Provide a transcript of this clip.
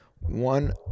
one